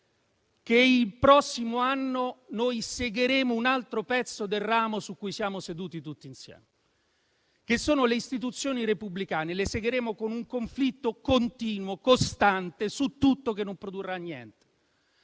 che il prossimo anno noi segheremo un altro pezzo del ramo su cui siamo seduti tutti insieme, cioè le istituzioni repubblicane. Lo faremo con un conflitto continuo, costante, su tutto, che non produrrà niente